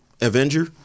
Avenger